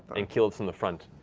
and keyleth in the front.